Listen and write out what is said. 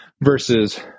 versus